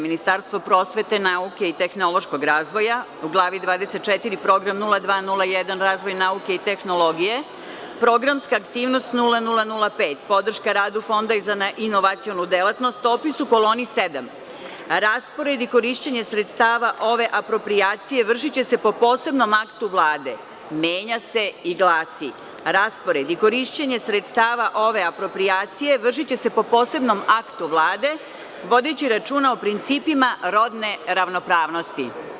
Ministarstvo prosvete, nauke i tehnološkog razvoja, u glavi 24. program 0201 - razvoj nauke i tehnologije, programska aktivnost 0005, podrška radu fonda za inovacionu delatnost, opis u koloni 7. raspored i korišćenje stava ove aproprijacije vršiće se po posebnom aktu Vlade, menja se i glasi – raspored i korišćenje sredstava ove aproprijacije vršiće se po posebnom aktu Vlade, vodeći računa o principima rodne ravnopravnosti.